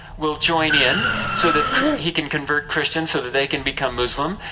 will join in, so that he can convert christians, so that they can become muslim.